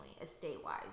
estate-wise